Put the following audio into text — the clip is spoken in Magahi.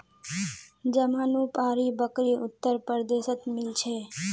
जमानुपारी बकरी उत्तर प्रदेशत मिल छे